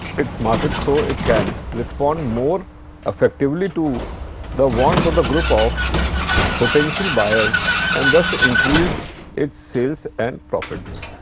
its market so it can respond more effectively to the wants of the group of potential buyers and thus increase its sales and profits.